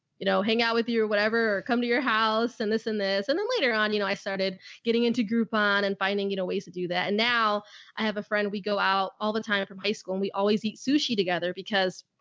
you know, hang out with you or whatever, or come to your house and this and this. and then later on, you know, i started getting into groupon and finding, you know, ways to do that. and now i have a friend, we go out all the time from high school and we always eat sushi together because.